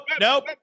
Nope